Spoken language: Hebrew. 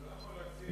הוא לא יכול להציע.